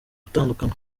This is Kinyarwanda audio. gutandukana